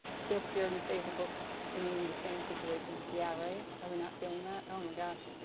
i feel scared and safe and both in the same situations. yeah right. are we not feeling that? oh my gosh.